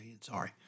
sorry